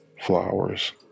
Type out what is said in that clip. flowers